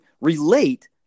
relate